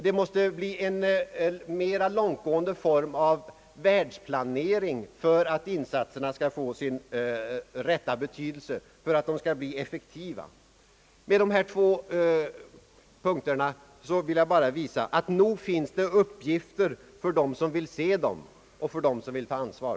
Det måste bli en mera långtgående form av världsplanering för att insatserna skall få sin rätta betydelse, för att de skall bli effektiva. Med dessa två punkter vill jag bara visa att nog finns det uppgifter för dem som vill se dem och för dem som vill ta ansvar.